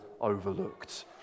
overlooked